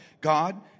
God